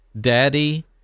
Daddy